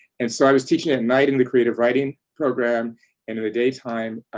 and so i was teaching at night in the creative writing program and in the daytime,